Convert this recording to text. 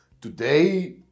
Today